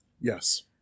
Yes